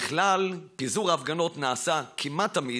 בכלל, פיזור ההפגנות נעשה כמעט תמיד